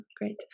Great